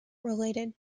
related